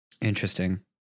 Interesting